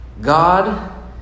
God